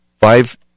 five